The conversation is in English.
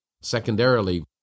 Secondarily